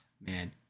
man